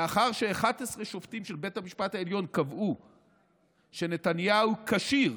לאחר ש-11 שופטים של בית המשפט העליון קבעו שנתניהו כשיר